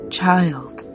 child